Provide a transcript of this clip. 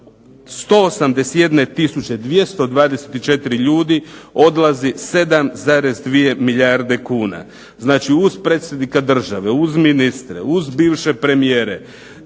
224 ljudi odlazi 7,2 milijarde kuna. Znači uz Predsjednika Države, uz ministre, uz bivše premijere,